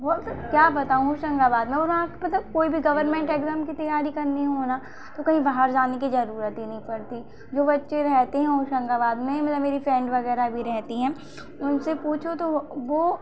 क्या बताऊँ होशंगाबाद में वहां मतलब कोई भी गवर्नमेंट एग्जाम की तैयारी करनी हो ना तो कहीं बाहर जाने की जरूरत ही नहीं पड़ती जो बच्चे रहते हैं होशंगाबाद में मतलब मेरी फ्रेंड वगैरह भी रहती हैं उनसे पूछो तो वो